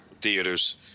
Theaters